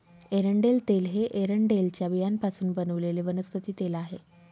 एरंडेल तेल हे एरंडेलच्या बियांपासून बनवलेले वनस्पती तेल आहे